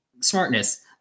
smartness